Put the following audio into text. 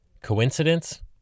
Coincidence